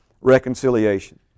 reconciliation